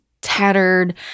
tattered